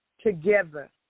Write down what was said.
Together